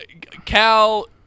Cal